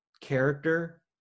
character